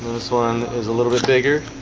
this one is a little bit bigger